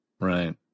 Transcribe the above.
Right